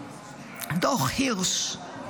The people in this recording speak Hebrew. דוח הירש,